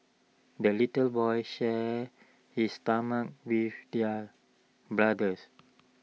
the little boy shared his with their brothers